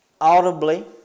audibly